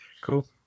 Cool